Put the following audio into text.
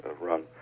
run